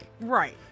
Right